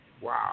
Wow